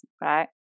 right